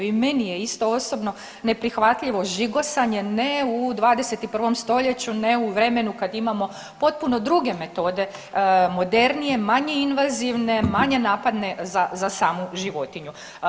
I meni je isto osobno neprihvatljivo žigosanje, ne u 21. stoljeću, ne u vremenu kad imamo potpuno druge metode modernije, manje invazivne, manje napadne za samu životinju.